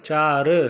चारि